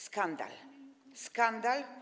Skandal, skandal!